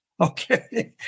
Okay